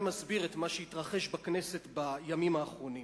מסביר את מה שהתרחש בכנסת בימים האחרונים.